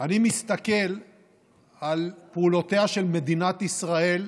אני מסתכל על פעולותיה של מדינת ישראל,